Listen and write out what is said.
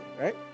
right